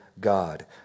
God